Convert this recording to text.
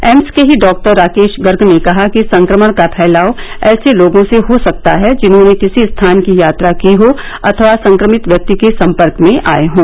AIIMS के ही doctor Rakesh Garg ने कहा कि संक्रमण का फैलाव ऐसे लोगों से हो सकता है जिन्होंने किसी स्थान की यात्रा की हो अथवा संक्रमित व्यक्ति के सम्पर्क में आए हों